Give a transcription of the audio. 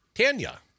Tanya